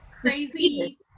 crazy